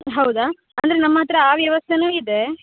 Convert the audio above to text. ಹೌದಾ ಅಂದರೆ ನಮ್ಮ ಹತ್ತಿರ ಆ ವ್ಯವಸ್ಥೆನು ಇದೆ